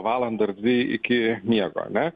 valandą ar dvi iki miego ane